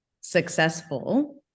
successful